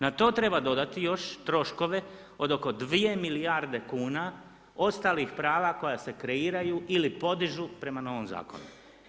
Na to treba dodati još troškove od oko 2 milijarde kuna ostalih prava koja se kreiraju ili podižu prema novom zakonu.